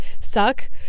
suck